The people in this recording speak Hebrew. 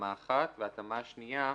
ההתאמה השנייה,